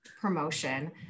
promotion